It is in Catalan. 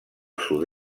sud